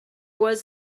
was